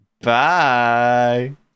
Bye